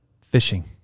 fishing